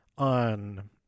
on